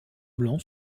blanc